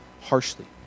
harshly